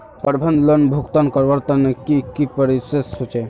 प्रबंधन लोन भुगतान करवार तने की की प्रोसेस होचे?